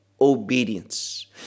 obedience